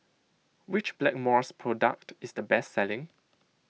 which Blackmores product is the best selling